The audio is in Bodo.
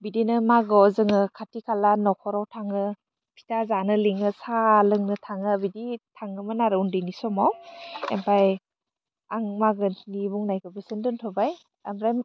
बिदिनो मागोयाव जोङो खाथि खाला नखराव थाङो फिथा जानो लेङो साहा लोंनो थाङो बिदि थाङोमोन आरो उन्दै उन्दै समाव एमफाय आं मागोनि बुंनायखौ बेसिम दोनथ'बाय आमफाय